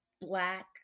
black